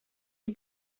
die